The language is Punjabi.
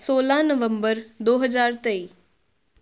ਸੋਲਾਂ ਨਵੰਬਰ ਦੋ ਹਜ਼ਾਰ ਤੇਈ